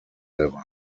levels